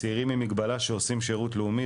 צעירים עם מגבלה שעושים שירות לאומי.